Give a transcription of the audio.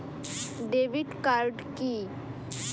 Debit card key?